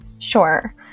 Sure